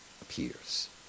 appears